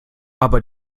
aber